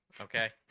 Okay